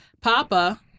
Papa